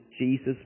Jesus